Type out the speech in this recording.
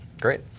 Great